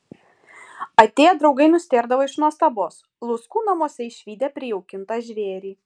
atėję draugai nustėrdavo iš nuostabos luckų namuose išvydę prijaukintą žvėrį